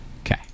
Okay